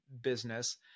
business